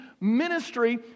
ministry